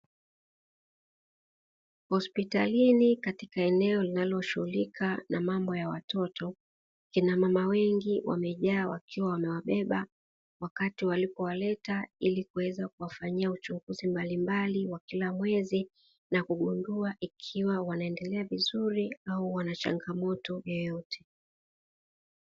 Hospitalini katika eneo linaloshughulika na mambo ya watoto, akina mama wengi wamejaa wakiwa wamewabeba wakati walipowaleta ili kuweza kuwafanyia uchunguzi mbalimbali wa kila mwezi na kugundua ikiwa wanaendelea vizuri au wana changamoto yoyote.